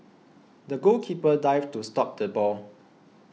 the goalkeeper dived to stop the ball